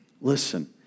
Listen